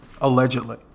allegedly